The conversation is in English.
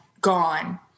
gone